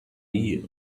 year